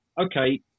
okay